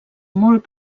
molt